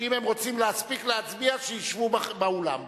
שאם הם רוצים להספיק להצביע שישבו באולם.